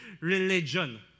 religion